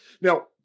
Now